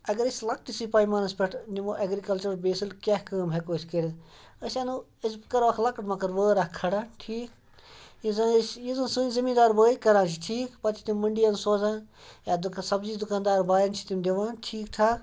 اگر أسۍ لَکٹِسٕے پَیمانَس پٮ۪ٹھ نِمو اٮ۪گرِکَلچَر بیسٕل کیٛاہ کٲم ہٮ۪کو أسۍ کٔرِتھ أسۍ اَنو أسۍ بہٕ کَرو اَکھ لَکٕٹۍ مَکٕڑ وٲر اَکھ کھڑان ٹھیٖک یُس زَن أسۍ یُس زَن سٲنۍ زٔمیٖندار بٲے کَران چھِ ٹھیٖک پَتہٕ چھِ تِم مٔنٛڈیَن سوزان یا دُکان سبزی دُکاندار بایَن چھِ تِم دِوان ٹھیٖک ٹھاک